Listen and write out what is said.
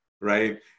right